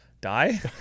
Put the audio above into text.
Die